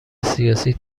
سیاسی